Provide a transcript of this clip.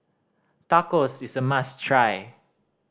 tacos is a must try